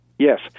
Yes